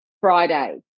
Friday